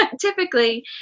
typically